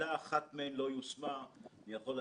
המלצתם פה המלצות יוצאות מן הכלל.